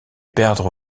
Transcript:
perdre